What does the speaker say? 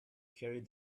carried